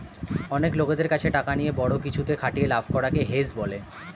অনেক লোকদের কাছে টাকা নিয়ে বড়ো কিছুতে খাটিয়ে লাভ করা কে হেজ বলে